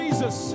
Jesus